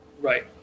right